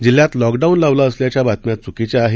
जिल्ह्यात लॉकडाऊन लावला असल्याच्या बातम्या चुकीच्या आहेत